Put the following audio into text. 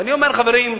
ואני אומר: חברים,